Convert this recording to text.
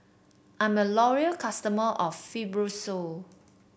I'm a loyal customer of Fibrosol